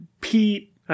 Pete